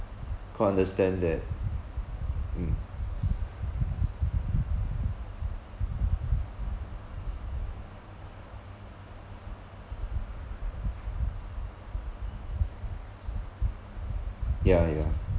quite understand that mm ya ya